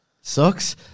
sucks